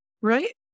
right